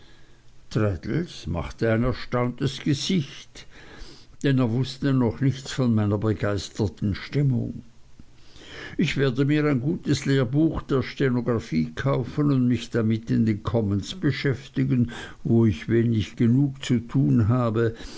traddles machte ein erstauntes gesicht denn er wußte noch nichts von meiner begeisterten stimmung ich werde mir ein gutes lehrbuch der stenographie kaufen und mich damit in den commons beschäftigen wo ich wenig genug zu tun habe